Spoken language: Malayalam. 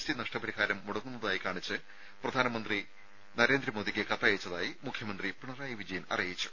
ടി നഷ്ട പരിഹാരം മുടങ്ങുന്നതായി കാണിച്ച് പ്രധാനമന്ത്രി നരേന്ദ്രമോദിക്ക് കത്തയച്ചതായി മുഖ്യമന്ത്രി പിണറായി വിജയൻ അറിയിച്ചു